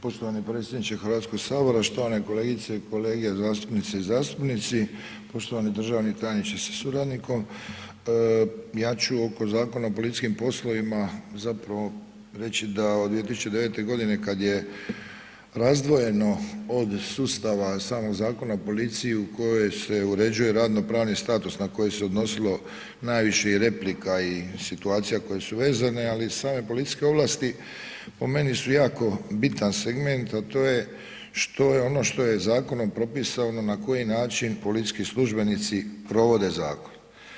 Poštovani predsjedniče HS, štovane kolegice i kolege, zastupnice i zastupnici, poštovani državni tajniče sa suradnikom, ja ću oko Zakona o policijskim poslovima zapravo reći da od 2009.g. kad je razdvojeno od sustava samog Zakona o policiji u kojoj se uređuje radno pravni status na koji se odnosilo najviše i replika i situacija koje su vezane, ali i same policijske ovlasti po meni su jako bitan segment, a to je što je ono što je zakonom propisano na koji način policijski službenici provode zakon.